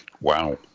wow